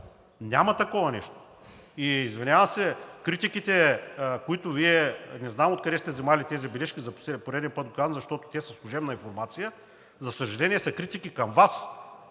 Няма такова нещо. Извинявам се, критиките, които Вие – не знам откъде сте взели тези бележки, за пореден път го казвам, защото те са служебна информация – за съжаление, са критики към Вас,